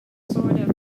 sort